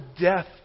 death